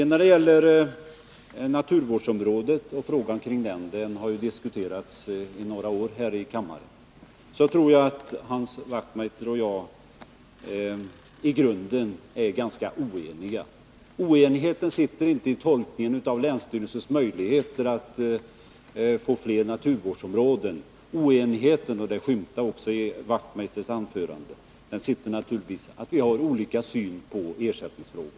När det gäller frågan om naturvårdsområdet — den frågan har ju diskuterats under några år här i kammaren — tror jag att Hans Wachtmeister och jag i grunden är ganska oeniga. Oenigheten ligger inte i tolkningen av länsstyrelsens möjligheter att få fler naturvårdsområden. Oenigheten — och det skymtade också i Hans Wachtmeisters anförande — ligger naturligtvis i att vi har olika syn på ersättningsfrågan.